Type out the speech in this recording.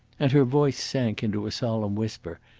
and her voice sank into a solemn whisper,